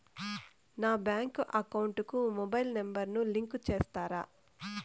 నా bank account కు mobile number ను లింకు చేస్తారా?